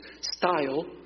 style